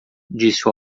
disse